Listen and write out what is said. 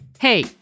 Hey